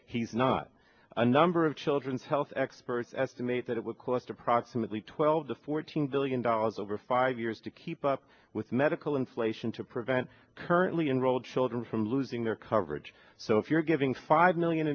he's not a number of children's health experts estimate that it would cost approximately twelve to fourteen billion dollars over five years to keep up with medical inflation to prevent currently enrolled children from losing their coverage so if you're giving five million